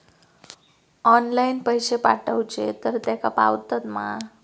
Online पैसे पाठवचे तर तेका पावतत मा?